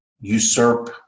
usurp